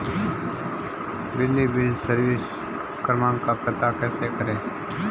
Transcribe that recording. बिजली bill service क्रमांक का पता कैसे करें?